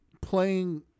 Playing